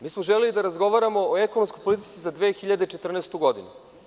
Mi smo želeli da razgovaramo o ekonomskoj politici za 2014. godinu.